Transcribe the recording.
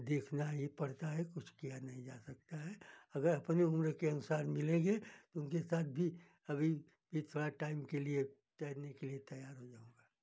देखना ही पड़ता है कुछ किया नहीं जा सकता है अगर अपने उम्र के अनुसार मिलेंगे उनके साथ भी अभी यह थोड़ा टाइम के लिए तैरने के लिए तैयार हो जाऊँगा